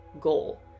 goal